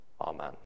Amen